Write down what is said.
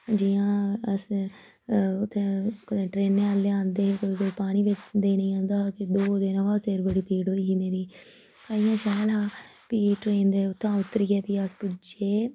जियां अस उत्थै कुदै ट्रेन आह्ले आंदे कोई कोई पानी बे देने गी औंदा हा दो दिन अमां सिर बड़ी पीड़ होई ही मेरी इ'यां शैल हा फ्ही ट्रेन दे उत्थां उतरियै फ्ही अस पुज्जी गे